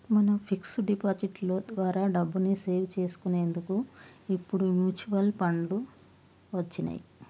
మనం fix deposit లో ద్వారా డబ్బుని సేవ్ చేసుకునేటందుకు ఇప్పుడు మ్యూచువల్ ఫండ్లు వచ్చినియ్యి